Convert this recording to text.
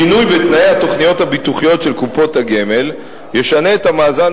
שינוי בתנאי התוכניות הביטוחיות של קופות הגמל ישנה את המאזן